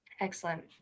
Excellent